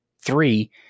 Three